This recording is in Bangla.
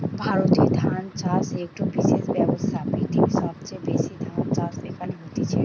ভারতে ধান চাষ একটো বিশেষ ব্যবসা, পৃথিবীর সবচেয়ে বেশি ধান চাষ এখানে হতিছে